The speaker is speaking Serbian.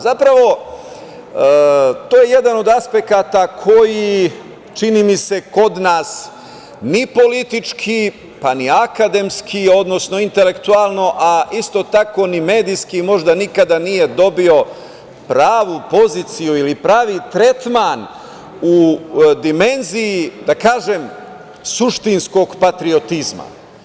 Zapravo, to je jedan od aspekata koji, čini mi se, kod nas ni politički, pa ni akademski, odnosno intelektualno, a isto tako ni medijski možda nikada nije dobio pravu poziciju ili pravi tretman u dimenziji, da kažem, suštinskog patriotizma.